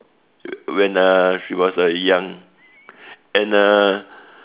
when uh she was uh young and uh